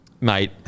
Mate